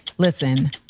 Listen